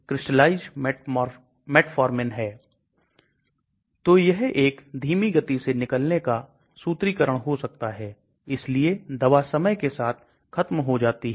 तो prodrug स्वयं में सक्रिय नहीं है लेकिन शरीर के अंदर एंजाइम की उपस्थिति के कारण तो आप eater समूह और amide समूह रख सकते हैं